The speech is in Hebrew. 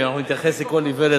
ואם נתייחס לכל איוולת,